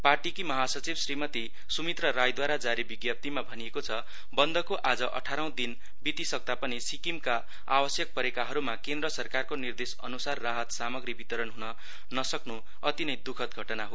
पार्टीकी महासचिव श्रीमती सुमित्रा राईद्वारा जारी विज्ञप्तिमा भनिएको छ बन्दको आज अठारौं दिन वितिसक्ता पनि सिक्किमका आवश्यक परेकाहरूमा केन्द्र सरकारको निर्देशनअनुसारको राहत सामग्री वितरण हनुनसक्न अति दुःखद घटना हो